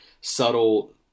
subtle